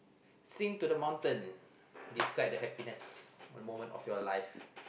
sing to the mountain describe the happiness moment of your life